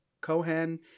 Cohen